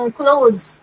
clothes